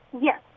Yes